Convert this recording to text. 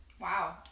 wow